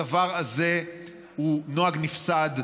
הדבר הזה הוא נוהג נפסד.